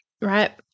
right